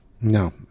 No